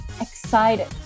excited